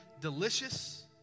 delicious